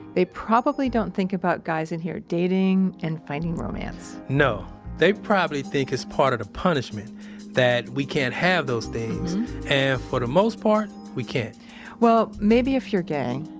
they probably don't think about guys in here dating and finding romance no. they probably think it's part of the punishment that we can't have those things. and for the most part, we can't well, maybe if you're gay.